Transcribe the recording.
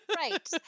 Right